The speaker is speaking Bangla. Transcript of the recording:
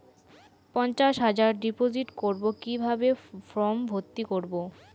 পঞ্চাশ হাজার ডিপোজিট করবো কিভাবে ফর্ম ভর্তি করবো?